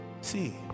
see